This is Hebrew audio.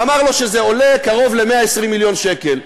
ואמר לו שזה עולה קרוב ל-120 מיליון שקל.